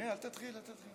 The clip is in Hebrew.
אה, אל תתחיל, אל תתחיל.